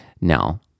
Now